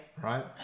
Right